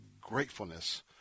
gratefulness